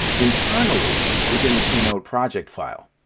internally within the keynote project file,